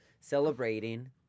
celebrating